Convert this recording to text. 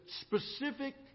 specific